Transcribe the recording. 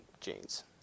jeans